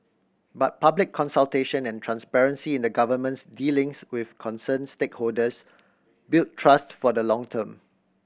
but public consultation and transparency in the Government's dealings with concerned stakeholders build trust for the long term